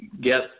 get